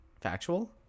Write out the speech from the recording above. factual